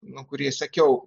nu kurį sekiau